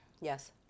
Yes